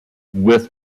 with